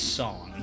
song